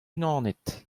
unanet